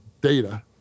data